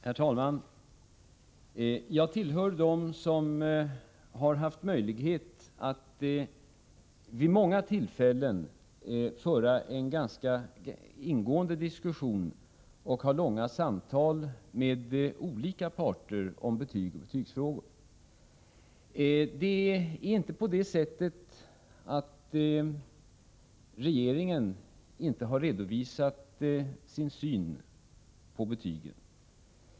Herr talman! Jag tillhör dem som har haft möjlighet att vid många tillfällen, och med olika parter, föra en ganska ingående diskussion och ha långa samtal om betyg och betygsfrågor. Det är inte på det sättet att regeringen inte har redovisat sin syn på betygen.